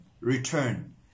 return